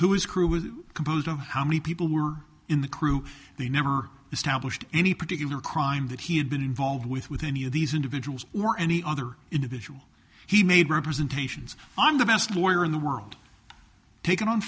who is crew was composed of how many people were in the crew they never established any particular crime that he had been involved with with any of these individuals or any other individual he made representations on the best lawyer in the world taken on